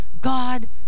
God